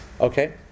Okay